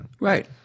Right